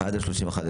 עד 30 בדצמבר.